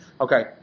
Okay